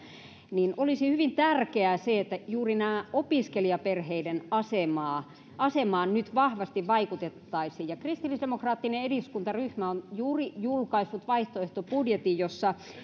niin olisi hyvin tärkeää se että juuri näiden opiskelijaperheiden asemaan nyt vahvasti vaikutettaisiin kristillisdemokraattinen eduskuntaryhmä on juuri julkaissut vaihtoehtobudjetin jossa